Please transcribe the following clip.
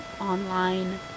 online